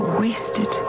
wasted